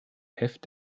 heft